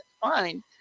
fine